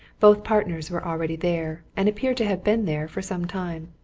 both partners were already there, and appeared to have been there for some time.